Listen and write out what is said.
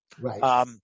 Right